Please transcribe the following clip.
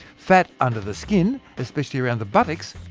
fat under the skin, especially around the buttocks,